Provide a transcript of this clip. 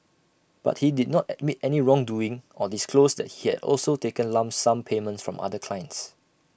but he did not admit any wrongdoing or disclose that he had also taken lump sum payments from other clients